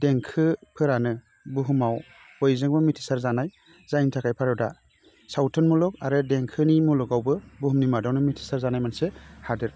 देंखोफोरानो बुहुमाव बयजोंबो मिथिसार जानाय जायनि थाखाय भारता सावथुन मुलुग देंखोनि मुलुगावबो बुहुमनि मादावबो मिथिसार जानाय मोनसे हादोर